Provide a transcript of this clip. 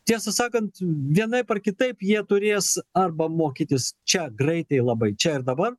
tiesą sakant vienaip ar kitaip jie turės arba mokytis čia greitai labai čia ir dabar